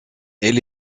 elle